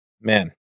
man